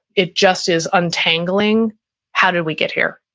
it just is untangling how did we get here?